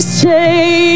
say